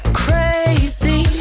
crazy